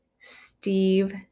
Steve